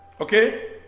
Okay